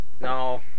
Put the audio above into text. No